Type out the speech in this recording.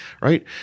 right